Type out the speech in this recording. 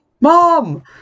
mom